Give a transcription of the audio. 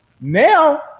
now